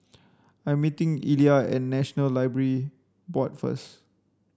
I meeting Illya at National Library Board first